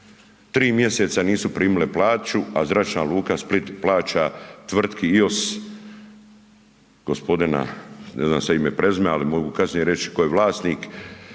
tri mjeseca nisu primile plaću, a Zračna luka Split plaća tvrtki IOS gospodina, ne znam sad ime, prezime, al mogu kasnije reć tko je vlasnik,